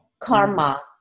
Karma